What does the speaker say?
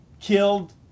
killed